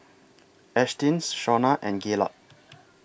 Ashtyn Shauna and Gaylord